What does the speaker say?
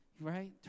Right